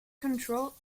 control